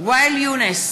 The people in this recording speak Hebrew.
ואאל יונס,